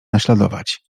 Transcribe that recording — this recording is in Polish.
naśladować